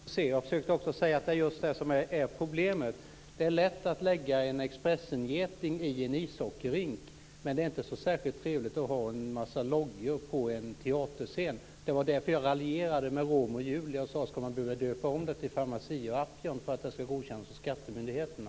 Fru talman! Nej, det vill jag inte. Jag försökte också säga att det är just det som är problemet. Det är lätt att lägga en Expressengeting i en ishockeyrink, men det är inte så särskilt trevligt att ha en massa logotyper på en teaterscen. Det var därför jag raljerade och frågade om man skall behöva döpa om Romeo och Julia till Pharmacia & Upjohn för att det skall godkännas av skattemyndigheterna.